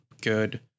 good